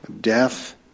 Death